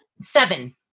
Seven